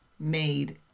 made